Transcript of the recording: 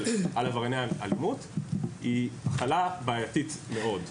על עברייני אלימות היא החלה בעייתית מאוד.